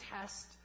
test